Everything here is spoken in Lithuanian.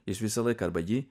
jis visą laiką arba jį